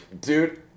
Dude